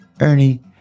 Ernie